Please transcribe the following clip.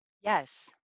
Yes